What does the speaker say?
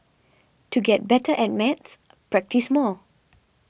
to get better at maths practise more